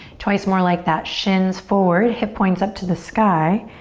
twice more like that, shins forward, hip points up to the sky,